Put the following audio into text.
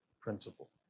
principle